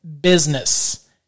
business